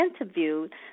interviewed